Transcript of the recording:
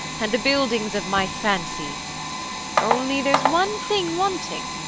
and the buildings of my fancy only there's one thing wanting,